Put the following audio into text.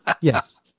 Yes